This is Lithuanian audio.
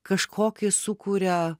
kažkokį sukuria